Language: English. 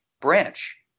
branch